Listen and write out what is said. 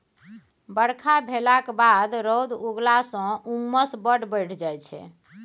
बरखा भेलाक बाद रौद उगलाँ सँ उम्मस बड़ बढ़ि जाइ छै